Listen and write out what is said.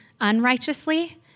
unrighteously